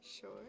sure